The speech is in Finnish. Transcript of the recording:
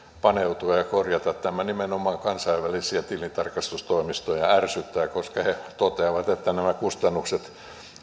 paneutua ja korjata tämä nimenomaan kansainvälisiä tilintarkastustoimistoja ärsyttää koska he toteavat että nämä kustannukset